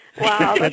Wow